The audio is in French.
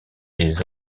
des